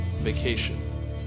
Vacation